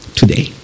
today